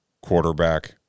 quarterback